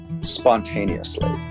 spontaneously